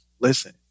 Listen